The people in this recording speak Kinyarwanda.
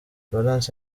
valens